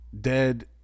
dead